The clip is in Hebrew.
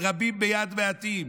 על רבים ביד מעטים.